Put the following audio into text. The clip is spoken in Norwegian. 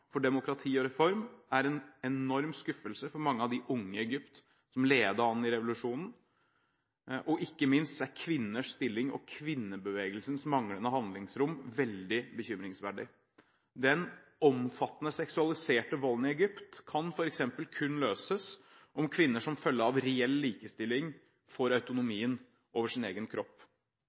for demokrati og reform er en enorm skuffelse for mange av de unge i Egypt, som ledet an i revolusjonen. Ikke minst er også kvinners stilling og kvinnebevegelsens manglende handlingsrom veldig bekymringsverdig. Den omfattende seksualiserte volden i Egypt kan f.eks. kun løses dersom kvinner – som følge av reell likestilling – får autonomien over sin egen kropp.